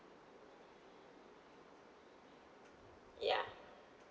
ya